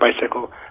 bicycle